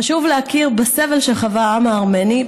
חשוב להכיר בסבל שחווה העם הארמני,